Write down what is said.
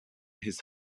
his